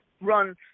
run